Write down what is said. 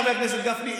חבר הכנסת גפני,